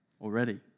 already